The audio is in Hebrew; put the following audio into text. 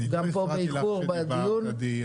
עדי,